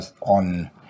on